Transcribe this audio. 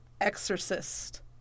exorcist